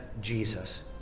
Jesus